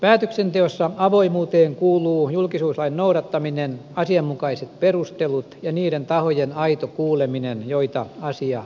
päätöksenteossa avoimuuteen kuuluu julkisuuslain noudattaminen asianmukaiset perustelut ja niiden tahojen aito kuuleminen joita asia koskee